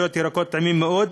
פירות וירקות טעימים מאוד,